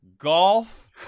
golf